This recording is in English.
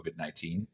COVID-19